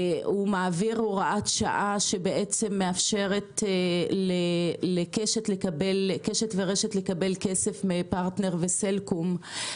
הוא מעביר הוראת שעה שמאפשרת לקשת ורשת לקבל כסף מפרטנר וסלקום.